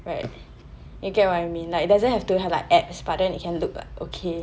right you get what I mean like doesn't have to have like abs but then you can look okay